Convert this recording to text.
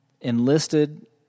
enlisted